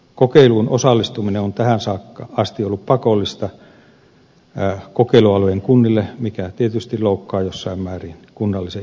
kokeiluun osallistuminen on tähän asti ollut pakollista kokeilualueen kunnille mikä tietysti loukkaa jossain määrin kunnallisen itsehallinnon periaatetta